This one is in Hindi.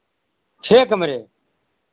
छह कमरे